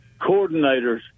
coordinators